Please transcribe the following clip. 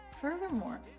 Furthermore